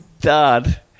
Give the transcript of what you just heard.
dad